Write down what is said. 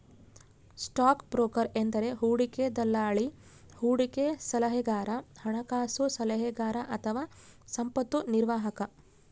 stock broker ಎಂದರೆ ಹೂಡಿಕೆ ದಲ್ಲಾಳಿ, ಹೂಡಿಕೆ ಸಲಹೆಗಾರ, ಹಣಕಾಸು ಸಲಹೆಗಾರ ಅಥವಾ ಸಂಪತ್ತು ನಿರ್ವಾಹಕ